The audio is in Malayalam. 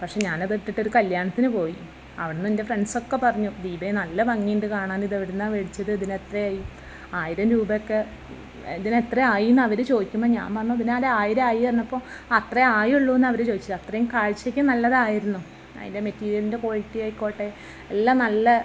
പക്ഷെ ഞാൻ അതിട്ടിട്ട് ഒരു കല്ല്യാണത്തിന് പോയി അവിടുന്നെൻ്റെ ഫ്രണ്ട്സൊക്കെ പറഞ്ഞു ദീപേ നല്ല ഭംഗിയുണ്ട് കാണാൻ ഇതെവിടുന്നാണ് മേടിച്ചത് ഇതിനെത്രയായി ആയിരം രൂപ ഒക്കെ ഇതിനെത്ര ആയീ എന്നവര് ചോദിക്കുമ്പം ഞാൻ പറഞ്ഞു ഇതിനൊരായിരായി എന്ന് അപ്പോൾ അത്ര ആയുള്ളൂന്നവര് ചോദിച്ചു അത്രയും കാഴ്ചക്ക് നല്ലതായിരുന്നു അതിൻ്റെ മെറ്റീരിയലിൻ്റെ ക്വാളിറ്റിയായിക്കോട്ടെ എല്ലാം നല്ല